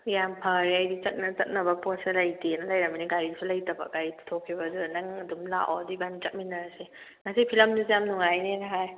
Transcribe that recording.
ꯌꯥꯝ ꯐꯔꯦ ꯑꯩꯗꯤ ꯆꯠꯅꯕ ꯄꯣꯠꯁꯦ ꯂꯩꯇꯦꯅ ꯂꯩꯔꯝꯂꯤꯅꯤ ꯒꯥꯔꯤꯁꯨ ꯂꯩꯇꯕ ꯒꯥꯔꯤ ꯄꯨꯊꯣꯛꯈꯤꯕ ꯑꯗꯨꯅ ꯅꯪ ꯑꯗꯨꯝ ꯂꯥꯛꯑꯣ ꯑꯗꯨꯗꯤ ꯏꯕꯥꯟꯅꯤ ꯆꯠꯃꯤꯟꯅꯔꯁꯤ ꯉꯁꯤ ꯐꯤꯂꯝꯗꯨꯁꯨ ꯌꯥꯝ ꯅꯨꯡꯉꯥꯏꯅꯦꯅ ꯍꯥꯏ